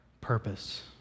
purpose